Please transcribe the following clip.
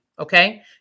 Okay